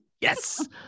Yes